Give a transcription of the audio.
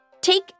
Take